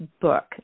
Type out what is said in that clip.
book